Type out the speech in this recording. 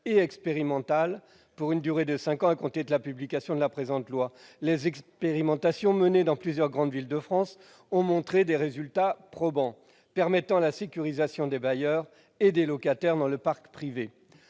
et expérimental, pour une durée de cinq ans à compter de la publication de la présente loi. Les expérimentations menées dans plusieurs grandes villes de France ont produit des résultats probants, permettant la sécurisation des bailleurs et des locataires dans le parc privé.